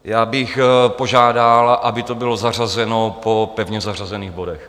Já bych požádal, aby to bylo zařazeno po pevně zařazených bodech.